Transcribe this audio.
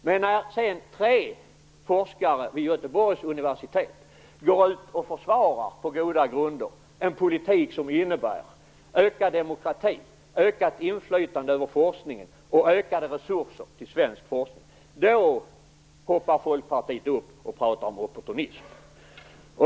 Men när sedan tre forskare vid Göteborgs universitet går ut och på goda grunder försvarar en politik som innebär ökad demokrati, ökat inflytande över forskningen och ökade resurser till svensk forskning, då hoppar Folkpartiet upp och pratar om opportunism.